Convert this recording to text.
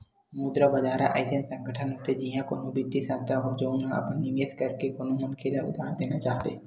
मुद्रा बजार ह अइसन संगठन होथे जिहाँ कोनो बित्तीय संस्थान हो, जउन ह अपन निवेस करके कोनो मनखे ल उधार देना चाहथे